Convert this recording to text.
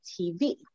TV